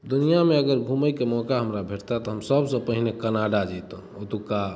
दुनिआमे अगर घुमैके मौका हमरा भेटतै तऽ हम सबसँ पहिने कनाडा जएतहुँ ओतुक्का